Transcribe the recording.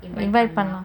invite பன்லா:panla